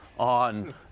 On